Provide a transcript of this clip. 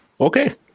Okay